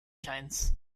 shines